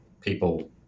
people